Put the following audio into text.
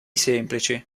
semplici